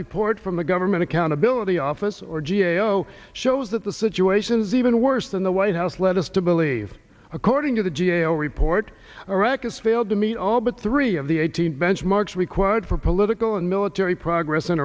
report from the government accountability office or g a o shows that the situation is even worse than the white house led us to believe according to the g a o report iraq is failed to meet all but three of the eighteen benchmarks required for political and military progress in